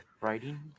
writing